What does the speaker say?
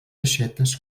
aixetes